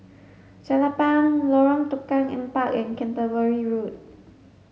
Jelapang Lorong Tukang Empat and Canterbury Road